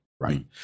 Right